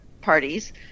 parties